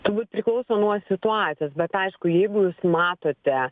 turbūt priklauso nuo situacijos bet aišku jeigu jūs matote